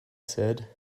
said